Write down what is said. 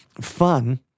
fun